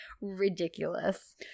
ridiculous